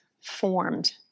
formed